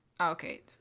Okay